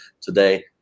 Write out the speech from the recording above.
today